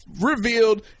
revealed